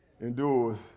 endures